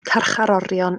carcharorion